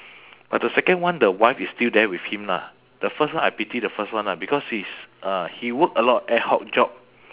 but the second one the wife is still there with him lah the first one I pity the first one lah because he's uh he work a lot ad hoc job